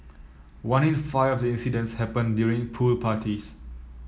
one in five of the incidents happened during pool parties